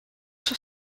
sur